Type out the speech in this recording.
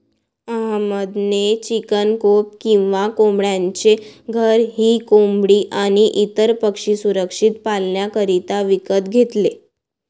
अहमद ने chicken coop किंवा कोंबड्यांचे घर ही कोंबडी आणी इतर पक्षी सुरक्षित पाल्ण्याकरिता विकत घेतले